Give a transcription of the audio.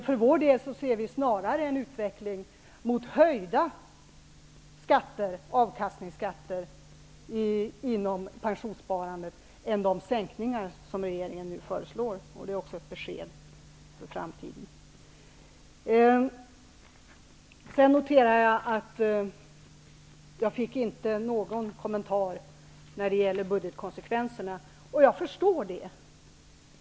För vår del ser vi snarare en utveckling mot höjda avkastningsskatter inom pensionssparandet än de sänkningar som regeringen nu förslår. Det är också ett besked för framtiden. Jag noterar att jag inte fick någon kommentar när det gäller budgetkonsekvenserna. Jag förstår det.